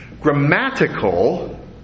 grammatical